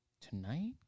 Tonight